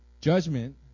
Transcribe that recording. judgment